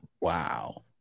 Wow